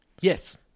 Yes